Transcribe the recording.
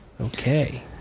Okay